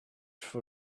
for